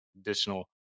additional